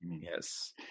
yes